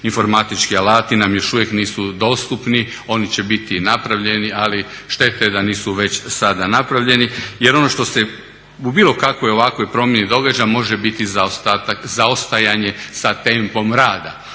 informatički alati nam još uvijek nisu dostupni. Oni će biti napravljeni ali šteta je da nisu već sada napravljeni jer ono što se u bilo kakvoj ovakvoj promjeni događa može biti zaostajanje sa tempom rada.